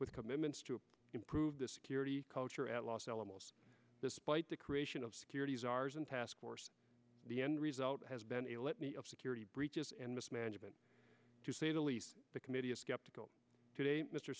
with commitments to improve the security culture at los alamos despite the creation of security is ours and task force the end result has been a litany of security breaches and mismanagement to say the least the committee is skeptical today mr